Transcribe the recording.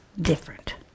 different